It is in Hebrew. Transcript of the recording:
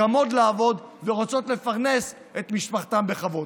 קמות לעבוד ורוצות לפרנס את משפחתם בכבוד.